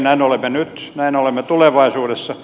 näin olemme nyt näin olemme tulevaisuudessa